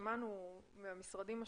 שמענו מהמשרדים השונים,